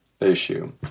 Issue